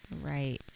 Right